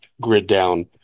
grid-down